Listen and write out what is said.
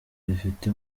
rifite